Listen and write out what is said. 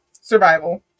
survival